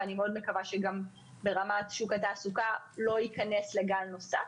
ואני מקווה מאוד שגם ברמת שוק התעסוקה לא ייכנס לגל נוסף.